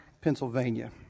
Pennsylvania